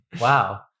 wow